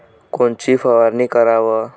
कोनची फवारणी कराव?